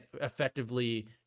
effectively